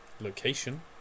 Location